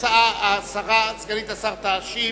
סגנית השר תשיב.